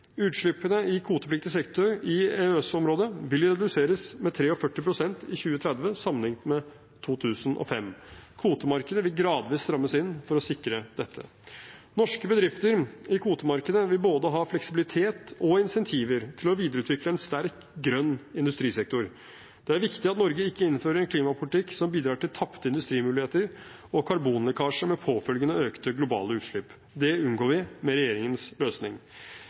Utslippene i kvotepliktig sektor i EØS-området vil reduseres med 43 pst. i 2030 sammenlignet med 2005. Kvotemarkedet vil gradvis strammes inn for å sikre dette. Norske bedrifter i kvotemarkedet vil ha både fleksibilitet og incentiver for å videreutvikle en sterk grønn industrisektor. Det er viktig at Norge ikke innfører en klimapolitikk som bidrar til tapte industrimuligheter og karbonlekkasje med påfølgende økte globale utslipp. Det unngår vi med regjeringens løsning.